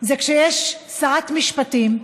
זה כשיש שרת משפטים,